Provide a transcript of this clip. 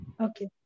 okay